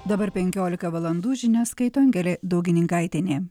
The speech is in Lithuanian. dabar penkiolika valandų žinias skaito angelė daugininkaitienė